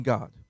God